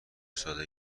ساده